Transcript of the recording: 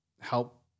help